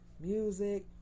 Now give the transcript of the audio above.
music